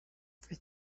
for